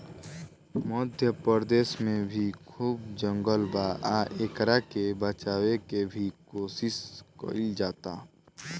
मध्य प्रदेश में भी खूब जंगल बा आ एकरा के बचावे के भी कोशिश कईल जाता